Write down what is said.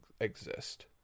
exist